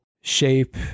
shape